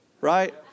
Right